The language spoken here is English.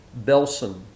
Belson